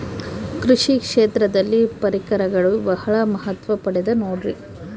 ಕೃಷಿ ಕ್ಷೇತ್ರದಲ್ಲಿ ಪರಿಕರಗಳು ಬಹಳ ಮಹತ್ವ ಪಡೆದ ನೋಡ್ರಿ?